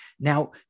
Now